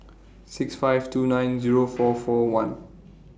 six five two nine Zero four four one